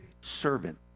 servant